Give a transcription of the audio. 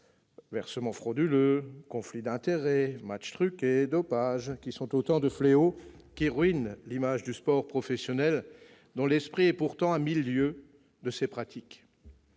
versements frauduleux, conflits d'intérêts, matchs truqués, dopage sont autant de fléaux qui ruinent l'image du sport professionnel, dont l'esprit est pourtant à mille lieues de ces pratiques.